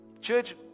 Church